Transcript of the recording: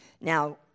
Now